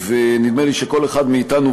ונדמה לי שכל אחד מאתנו,